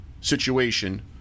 situation